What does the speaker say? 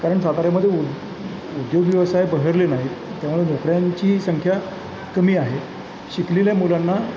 कारण साताऱ्यामध्ये उ उद्योग व्यवसाय बहरले नाहीत त्यामुळे नोकऱ्यांची संख्या कमी आहे शिकलेल्या मुलांना